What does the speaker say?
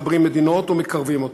מחברים מדינות או מקרבים אותן.